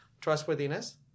trustworthiness